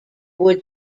would